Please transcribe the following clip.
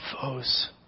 foes